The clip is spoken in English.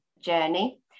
journey